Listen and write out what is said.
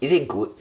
is it good